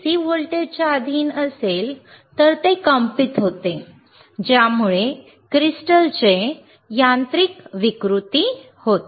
C व्होल्टेजच्या अधीन असेल तर ते कंपित होते ज्यामुळे क्रिस्टलचे यांत्रिक विकृती होते